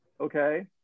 okay